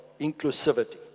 inclusivity